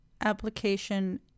application